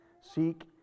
seek